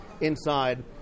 inside